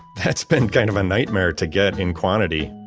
that's been kind of a nightmare to get in quantity.